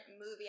movie